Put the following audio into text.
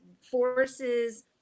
forces